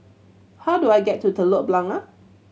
how do I get to Telok Blangah